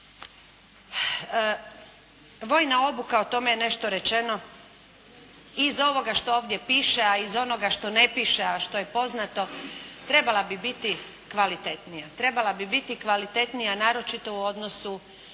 Vojna obuka, o tome je nešto rečeno, i iz ovoga što ovdje piše, a i iz onoga što ne piše, a što je poznato trebala bi biti kvalitetnija. Trebala bi biti kvalitetnija naročito u odnosu,